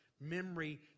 memory